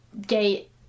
gate